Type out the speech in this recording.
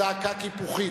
זעקה קיפוחית,